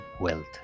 wealth